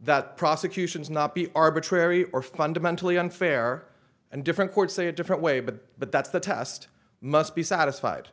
that prosecutions not be arbitrary are fundamentally unfair and different courts say a different way but but that's the test must be satisfied